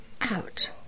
out